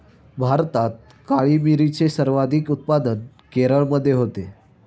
भारतात काळी मिरीचे सर्वाधिक उत्पादन केरळमध्ये होते